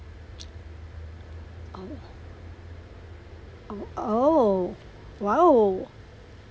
oh oh !wow!